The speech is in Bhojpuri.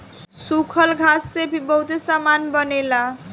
सूखल घास से भी बहुते सामान बनेला